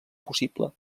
possible